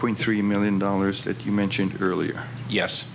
point three million dollars that you mentioned earlier yes